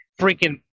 freaking –